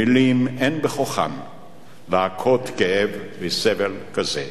מלים אין בכוחן להקהות כאב וסבל כזה.